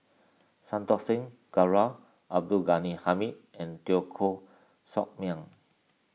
Santokh Singh Grewal Abdul Ghani Hamid and Teo Koh Sock Miang